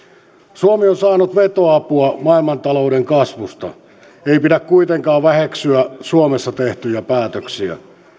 suomi on saanut vetoapua maailmantalouden kasvusta ei pidä kuitenkaan väheksyä suomessa tehtyjä päätöksiä